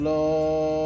Lord